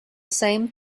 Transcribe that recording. same